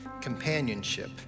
companionship